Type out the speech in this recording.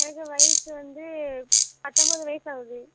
எனக்கு வயது வந்து பத்தொம்பது வயது ஆகுது